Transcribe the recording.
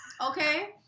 Okay